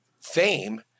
fame